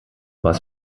was